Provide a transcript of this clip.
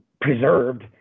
preserved